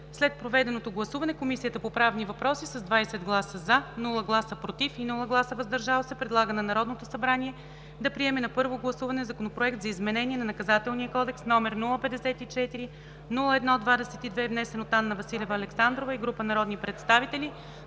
След проведеното гласуване Комисията по правни въпроси с 20 гласа „за“, без „против“ и „въздържал се“ предлага на Народното събрание да приеме на първо гласуване Законопроект за изменение на Наказателния кодекс, № 054-01-22, внесен от Анна Василева Александрова и група народни представители